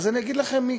אז אני אגיד לכם מי.